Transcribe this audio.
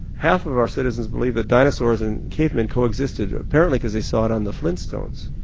half of our citizens believe that dinosaurs and cavemen co-existed, apparently because they saw it on the flintstones.